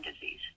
disease